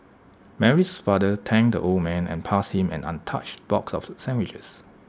Mary's father thanked the old man and passed him an untouched box of sandwiches